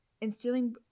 instilling